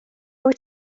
wyt